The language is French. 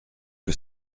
que